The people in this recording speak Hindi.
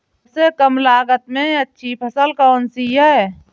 सबसे कम लागत में अच्छी फसल कौन सी है?